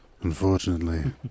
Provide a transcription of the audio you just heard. unfortunately